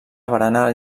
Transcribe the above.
barana